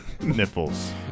Nipples